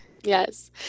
yes